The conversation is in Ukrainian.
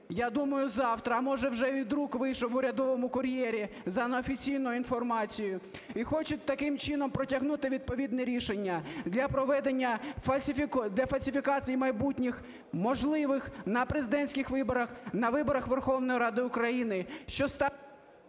я думаю, завтра, а може вже і в друк вийшов в "Урядовому кур'єрі", за неофіційною інформацією. І хочуть таким чином протягнути відповідне рішення для проведення… для фальсифікацій майбутніх можливих на президентських виборах, на виборах Верховної Ради України,